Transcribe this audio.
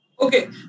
Okay